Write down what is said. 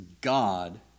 God